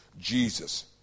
jesus